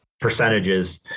percentages